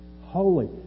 holy